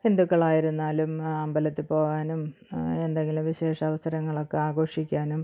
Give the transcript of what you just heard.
ഹിന്ദുക്കളായിരുന്നാലും അമ്പലത്തിൽ പോവാനും എന്തെങ്കിലും വിശേഷാവസരങ്ങളൊക്കെ ആഘോഷിക്കാനും